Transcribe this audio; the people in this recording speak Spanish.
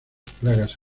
plagas